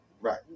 Right